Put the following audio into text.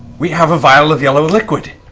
we have a vial of yellow liquid.